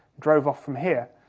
drove off from here.